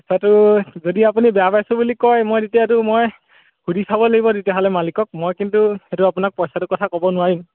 সেইটো যদি আপুনি বেয়া পাইছো বুলি কয় মই তেতিয়া এইটো মই সুধি চাব লাগিব তেতিয়াহ'লে মালিকক মই কিন্তু সেইটো আপোনাক পইচাটো কথা ক'ব নোৱাৰিম